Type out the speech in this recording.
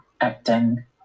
acting